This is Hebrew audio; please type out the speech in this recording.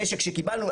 הנשק שקיבלנו.